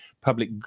public